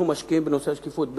אנחנו משקיעים בנושא השקיפות,